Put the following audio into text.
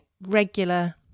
regular